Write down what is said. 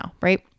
right